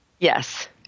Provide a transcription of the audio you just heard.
Yes